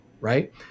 right